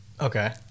Okay